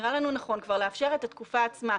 נראה לנו נכון כבר לאפשר את התקופה הזאת.